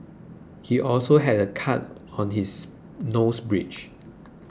he also had a cut on his nose bridge